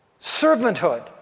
Servanthood